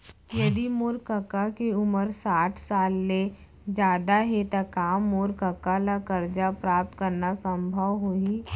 यदि मोर कका के उमर साठ साल ले जादा हे त का मोर कका ला कर्जा प्राप्त करना संभव होही